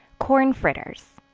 corn fritters.